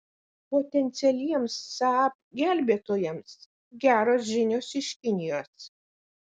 potencialiems saab gelbėtojams geros žinios iš kinijos